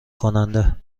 کننده